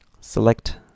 select